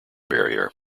barrier